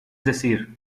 decir